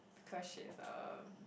because she's uh